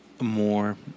More